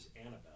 Annabelle